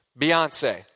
Beyonce